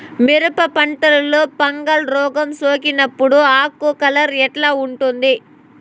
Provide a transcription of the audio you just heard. మిరప పంటలో ఫంగల్ రోగం సోకినప్పుడు ఆకు కలర్ ఎట్లా ఉంటుంది?